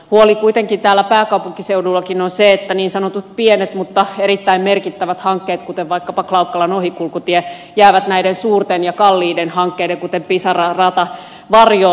huoli kuitenkin täällä pääkaupunkiseudullakin on se että niin sanotut pienet mutta erittäin merkittävät hankkeet kuten vaikkapa klaukkalan ohikulkutie jäävät näiden suurten ja kalliiden hankkeiden kuten pisara rata varjoon